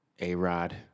A-Rod